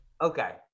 Okay